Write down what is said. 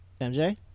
MJ